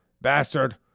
bastard